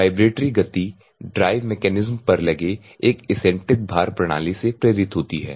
vibratory गति drive mechanism पर लगे एक इसेंट्रिक भार प्रणाली से प्रेरित होती है